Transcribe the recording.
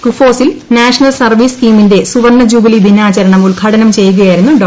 കുഫോസിൽ national service സ് കീമിന്റെ സുവർണ്ണ ജൂബിലി ദിനാച്ചാർണം ഉദ്ഘാടനം ചെയ്യുകയായിരുന്നു ഡോ